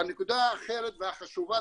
והנקודה האחרת והחשובה,